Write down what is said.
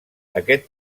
aquest